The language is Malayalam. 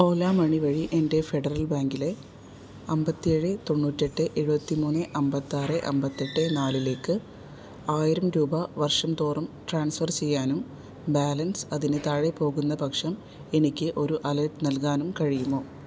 ഓല മണി വഴി എൻ്റെ ഫെഡറൽ ബാങ്കിലെ അമ്പത്തിയേഴ് തൊണ്ണൂറ്റിയെട്ട് എഴുപത്തി മൂന്ന് അമ്പത്തിയാറ് അമ്പത്തിയെട്ട് നാലിലേക്ക് ആയിരം രൂപ വർഷം തോറും ട്രാൻസ്ഫർ ചെയ്യാനും ബാലൻസ് അതിന് താഴെ പോകുന്ന പക്ഷം എനിക്ക് ഒരു അലേർട്ട് നൽകാനും കഴിയുമോ